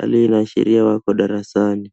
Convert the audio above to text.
hali ina ashiria wako darasani.